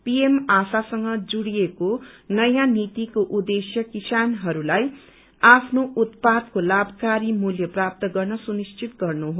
PM आशासँगा जुड्डेका नयाँ नीतिको उद्देश्य किसानहस्लाई आफ्नो उत्पादको लामाकारी मूल्य प्राप्त गर्न सुनिश्चित गर्नु हो